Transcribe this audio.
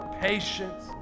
patience